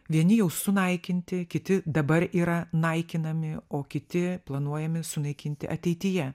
vieni jau sunaikinti kiti dabar yra naikinami o kiti planuojami sunaikinti ateityje